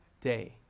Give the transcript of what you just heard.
day